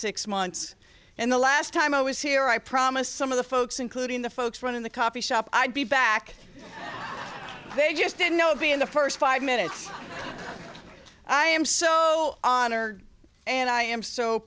six months and the last time i was here i promised some of the folks including the folks running the coffee shop i'd be back they just didn't know be in the first five minutes i am so honored and i am so